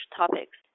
topics